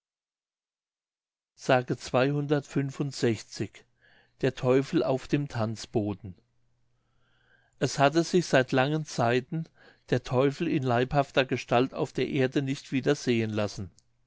der teufel auf dem tanzboden es hatte sich seit langen zeiten der teufel in leibhafter gestalt auf der erde nicht wieder sehen lassen